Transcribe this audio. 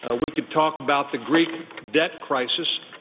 ah we could talk about the greek debt crisis.